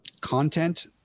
content